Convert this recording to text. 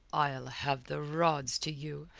i'll have the rods to you,